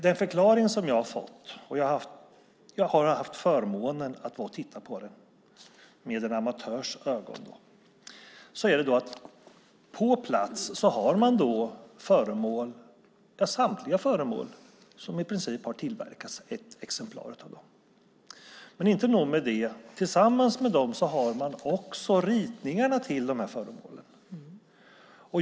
Den förklaring som jag har fått - jag har haft förmånen att titta på samlingen, med en amatörs ögon - är att på plats finns ett exemplar av i princip samtliga föremål som har tillverkats. Inte nog med det; tillsammans med dem finns ritningarna till föremålen.